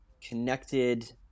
connected